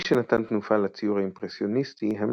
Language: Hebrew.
מי שנתן תנופה לציור האימפרסיוניסטי הם